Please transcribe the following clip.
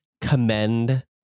commend